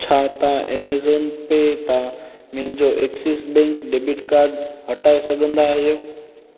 छा तव्हां एमज़ॉन पे ता मुंहिंजो एक्सिस बैंक डेबिट काड हटाइ सघंदा आहियो